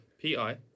P-I